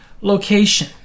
location